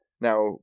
Now